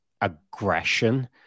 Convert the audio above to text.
aggression